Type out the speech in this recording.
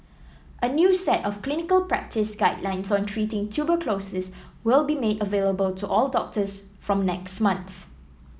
a new set of clinical practice guidelines on treating tuberculosis will be made available to all doctors from next month